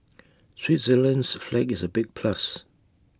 Switzerland's flag is A big plus